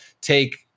take